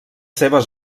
seves